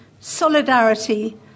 solidarity